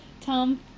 Tom